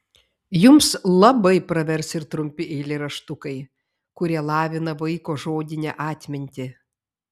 jums labai pravers ir trumpi eilėraštukai kurie lavina vaiko žodinę atmintį